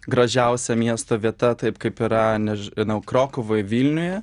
gražiausia miesto vieta taip kaip yra nežinau krokuvoj vilniuje